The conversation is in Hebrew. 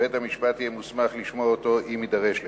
ובית-המשפט יהיה מוסמך לשמוע אותו אם יידרש לכך,